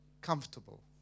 comfortable